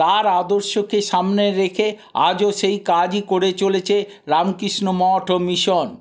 তার আদর্শকে সামনে রেখে আজও সেই কাজই করে চলেছে রামকৃষ্ণ মঠ ও মিশন